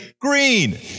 green